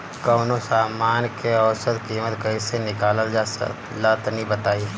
कवनो समान के औसत कीमत कैसे निकालल जा ला तनी बताई?